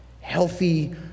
healthy